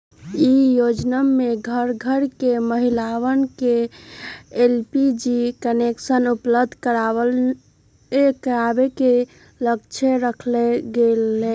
ई योजनमा में घर घर के महिलवन के एलपीजी कनेक्शन उपलब्ध करावे के लक्ष्य रखल गैले